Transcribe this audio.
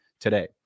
today